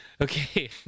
okay